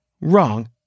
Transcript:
wrong